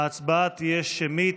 ההצבעה תהיה שמית.